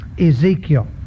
Ezekiel